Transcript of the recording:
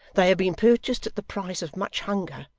they have been purchased at the price of much hunger,